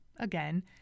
again